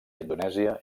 indonèsia